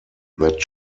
that